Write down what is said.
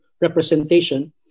representation